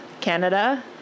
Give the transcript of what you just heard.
Canada